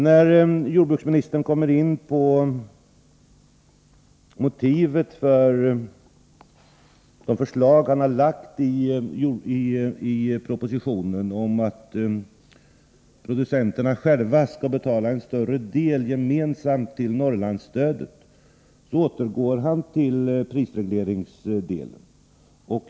När jordbruksministern kommer in på motivet för det förslag han framlagt i propositionen om att producenterna själva gemensamt skall betala en större del av Norrlandsstödet återkommer han till prisregleringen.